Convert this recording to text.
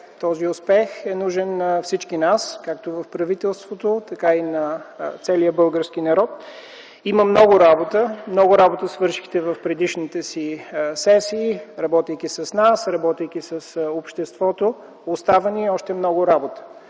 Този успех е нужен на всички нас – както на правителството, така и на целия български народ. Има много работа. Много работа свършихте в предишните си сесии – работейки с нас, работейки с обществото. Остава ни още много работа.